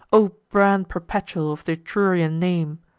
o brand perpetual of th' etrurian name!